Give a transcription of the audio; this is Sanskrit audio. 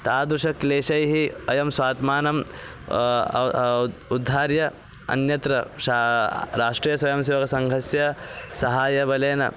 तादृशक्लेशैः अयं स्वात्मानं उद् उद्धार्य अन्यत्र शा राष्ट्रीयस्वयंसेवकसङ्घस्य सहायबलेन